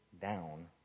down